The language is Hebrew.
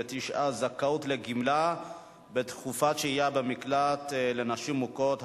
39) (זכאות לגמלה בתקופת שהייה במקלט לנשים מוכות),